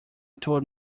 told